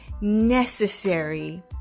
necessary